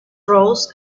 rose